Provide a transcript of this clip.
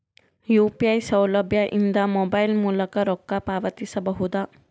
UPI ಸೌಲಭ್ಯ ಇಂದ mobile ಮೂಲಕ ರೊಕ್ಕ ಪಾವತಿಸ ಬಹುದಾ?